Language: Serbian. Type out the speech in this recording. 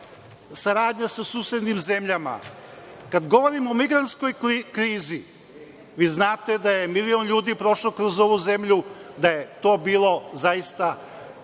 saradnja sa susednim zemljama. Kada govorim o migrantskoj krizi, vi znate da je milion ljudi prošlo kroz ovu zemlju da je to bilo zaista